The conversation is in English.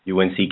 UNC